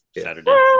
Saturday